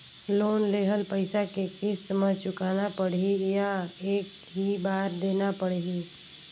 Loan लेहल पइसा के किस्त म चुकाना पढ़ही या एक ही बार देना पढ़ही?